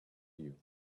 you